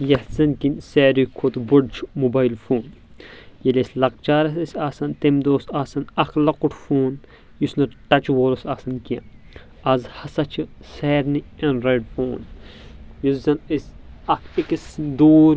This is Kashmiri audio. یتھ زن کِن ساروٕے کھۄتہٕ بوٚڈ چھ موبایِل فون ییٚلہِ اَسہِ لۄکچارس أسۍ آسان تَمہِ دۄہ اوس آسان اکھ لۄکُٹ فون یُس نہٕ ٹچہٕ وول اوس آسان کیٚنٛہہ اَز ہسا چھ سارِنےاینڈرایڈ فون یُس زن أسۍ اکھ أکِس دوٗر